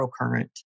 microcurrent